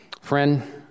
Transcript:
Friend